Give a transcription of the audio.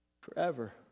forever